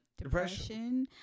depression